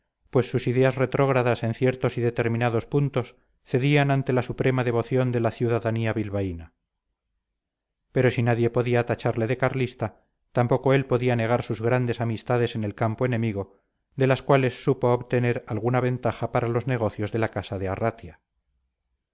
pues sus ideas retrógradas en ciertos y determinados puntos cedían ante la suprema devoción de la ciudadanía bilbaína pero si nadie podía tacharle de carlista tampoco él podía negar sus grandes amistades en el campo enemigo de las cuales supo obtener alguna ventaja para los negocios de la casa de arratia